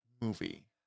movie